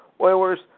Oilers